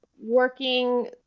working